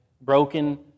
Broken